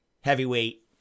heavyweight